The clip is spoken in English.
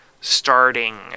starting